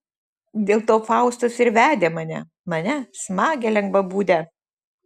dėl to faustas ir vedė mane mane smagią lengvabūdę